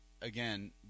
again